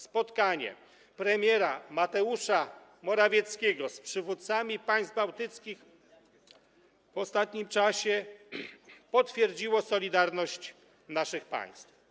Spotkanie premiera Mateusza Morawieckiego z przywódcami państw bałtyckich w ostatnim czasie potwierdziło solidarność naszych państw.